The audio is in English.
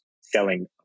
selling